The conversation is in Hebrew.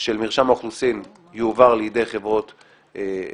של מרשם האוכלוסין יועבר לידי חברות האינטרנט,